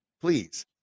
Please